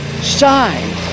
shine